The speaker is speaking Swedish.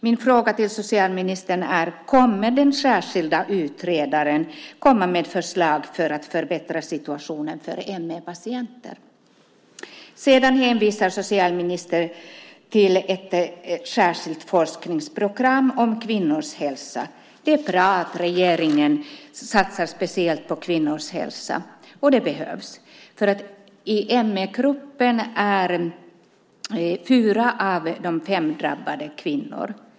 Min fråga till socialministern är: Kommer den särskilda utredaren att komma med förslag för att förbättra situationen för ME-patienter? Socialministern hänvisar till ett särskilt forskningsprogram om kvinnors hälsa. Det är bra att regeringen satsar speciellt på kvinnors hälsa. Det behövs. I ME-gruppen är fyra av fem drabbade kvinnor.